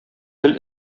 гел